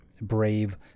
brave